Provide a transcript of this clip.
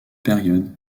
période